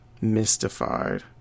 mystified